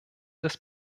des